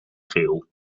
geel